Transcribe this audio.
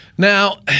Now